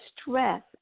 stress